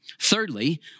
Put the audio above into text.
Thirdly